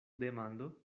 demando